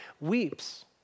weeps